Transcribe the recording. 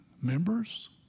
members